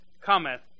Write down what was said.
cometh